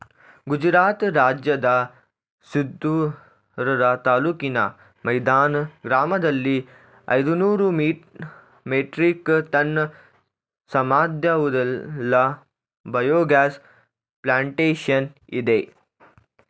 ಗುಜರಾತ್ ರಾಜ್ಯದ ಸಿದ್ಪುರ ತಾಲೂಕಿನ ಮೇಥಾನ್ ಗ್ರಾಮದಲ್ಲಿ ಐದುನೂರು ಮೆಟ್ರಿಕ್ ಟನ್ ಸಾಮರ್ಥ್ಯವುಳ್ಳ ಬಯೋಗ್ಯಾಸ್ ಪ್ಲಾಂಟೇಶನ್ ಇದೆ